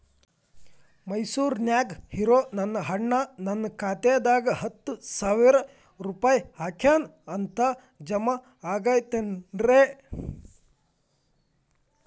ಮೈಸೂರ್ ನ್ಯಾಗ್ ಇರೋ ನನ್ನ ಅಣ್ಣ ನನ್ನ ಖಾತೆದಾಗ್ ಹತ್ತು ಸಾವಿರ ರೂಪಾಯಿ ಹಾಕ್ಯಾನ್ ಅಂತ, ಜಮಾ ಆಗೈತೇನ್ರೇ?